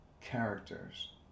characters